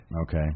Okay